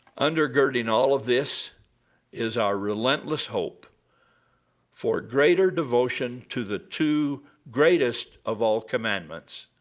undergirding all of this is our relentless hope for greater devotion to the two greatest of all commandments